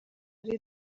ari